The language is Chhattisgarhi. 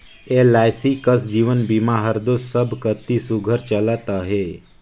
एल.आई.सी कस जीवन बीमा हर दो सब कती सुग्घर चलत अहे